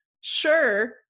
sure